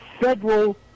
federal